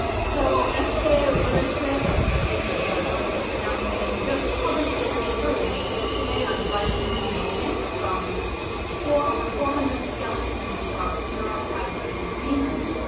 so eske ah willerslev, and forgive me, cause i'm probably mispronouncing the name just published a paper in nature today on viking genomics from four over four hundred skeletons across europe, iceland and greenland.